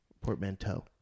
Portmanteau